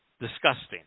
disgusting